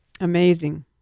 Amazing